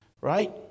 right